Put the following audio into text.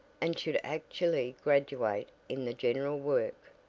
and should actually graduate in the general work.